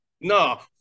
No